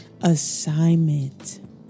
assignment